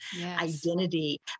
identity